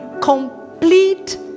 complete